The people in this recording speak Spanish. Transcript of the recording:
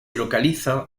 localiza